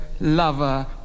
lover